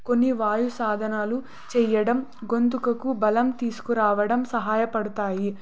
కొన్ని వాయు సాధనాలు చేయడం గొంతుకు బలం తీసుకురావడం సహాయపడతాయి